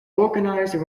organised